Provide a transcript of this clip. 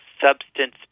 substance